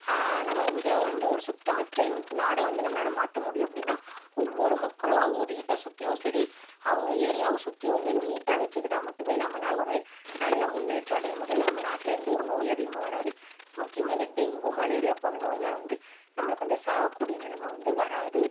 நம்ம இந்தியாவை வந்து ஒரு சுத்தமற்ற நாடாக வந்து நம்மளால மாற்ற முடியும் அப்படினா ஒவ்வொரு மக்களும் அவங்க வீட்டை சுற்றியும் சரி அவங்க ஏரியாவை சுற்றியும் வந்து நீட்டாக வைச்சிக்கிட்டா மட்டுமே நம்மளால ஒரு நல்ல முன்னேற்றம் அடைய முடியும் நம்ம நாட்டில் எந்தவொரு நோயும் அதிகமாக வராது முக்கியமாக இந்த டெங்கு மலேரியா போன்ற நோய்னால் வந்து நம்மளுக்கு வந்து சாகக்கூடிய நெலைம வந்து வராது